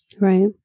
Right